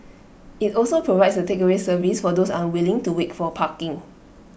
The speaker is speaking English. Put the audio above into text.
IT also provides A takeaway service for those unwilling to wait for parking